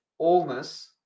allness